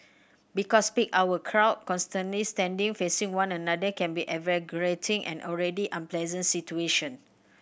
because peak hour crowd constantly standing facing one another can be an already unpleasant situation